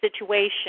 situation